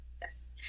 Yes